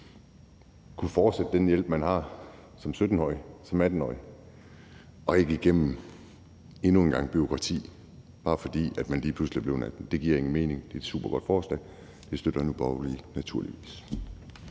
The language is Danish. kunne fortsætte med den hjælp, man har som 17-årig, når man bliver 18 år, så man ikke skal igennem endnu en gang bureaukrati, bare fordi man lige pludselig er blevet 18 år. Det giver ingen mening. Det er et supergodt forslag, og det støtter Nye Borgerlige naturligvis.